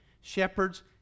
shepherds